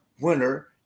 winner